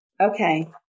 Okay